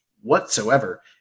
whatsoever